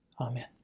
Amen